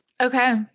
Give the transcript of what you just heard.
Okay